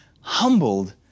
humbled